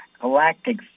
Galactic